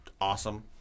awesome